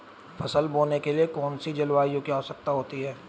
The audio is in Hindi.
फसल बोने के लिए कौन सी जलवायु की आवश्यकता होती है?